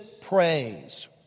Praise